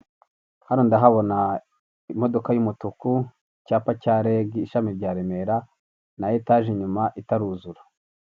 Hano ndahabona imodoka y'umutuku cyapa cya regi ishami rya Remera, na etaje inyuma itaruzura.